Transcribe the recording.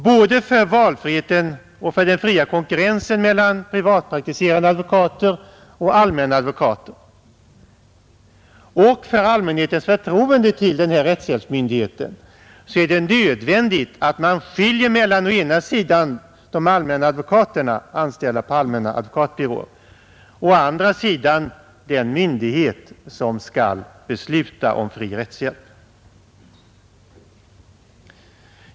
Både för valfriheten och för den fria konkurrensen mellan privatpraktiserande advokater och advokater i allmänna advokatbyråer och för allmänhetens förtroende för rättshjälpsmyndigheten är det nödvändigt att man skiljer mellan å ena sidan advokater anställda vid allmänna advokatbyråer och å andra sidan den myndighet som skall besluta om fri rättshjälp.